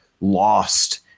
lost